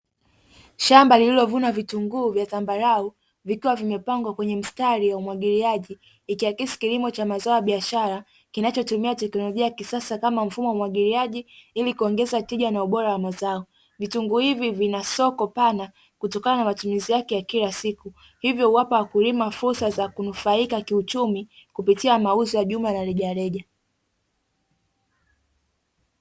Shamba lililovunwa vitunguu vya zambarau, vikiwa vimepangwa kwenye mstari wa umwagiliaji, ikiakisi kilimo cha mazao ya biashara kinachotumia teknolojia ya kisasa kama mfumo wa umwagiliaji, ili kuongeza tija na ubora wa mazao. Vitunguu hivi vinasoko pana kutokana na matumizi yake ya kila siku, hivyo huwapa wakulima fursa za kunufaika kiuchumi kupitia mauzo ya jumla na rejareja.